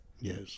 Yes